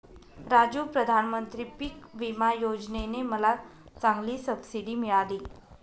राजू प्रधानमंत्री पिक विमा योजने ने मला चांगली सबसिडी मिळाली